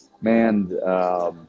man